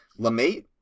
Lamate